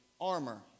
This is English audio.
armor